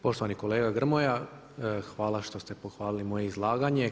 Poštovani kolega Grmoja, hvala što ste pohvalili moje izlaganje.